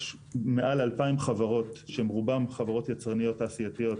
יש מעל ל-2,000 חברות שהן רובן חברות יצרניות תעשייתיות